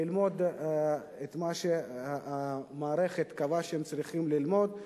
ללמוד את מה שהמערכת קבעה שהם צריכים ללמוד,